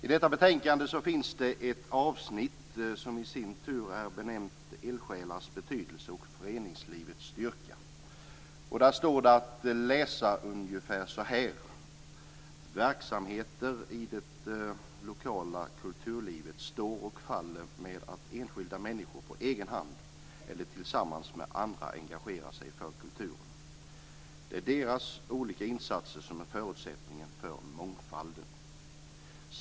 I detta betänkande finns det ett avsnitt som i sin tur är benämnt Eldsjälars betydelse och föreningslivets styrka. Där står att läsa ungefär följande: Verksamheter i det lokala kulturlivet står och faller med att enskilda människor på egen hand eller tillsammans med andra engagerar sig för kulturen. Det är deras olika insatser som är förutsättningen för mångfalden.